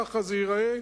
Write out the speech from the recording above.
כך זה ייראה?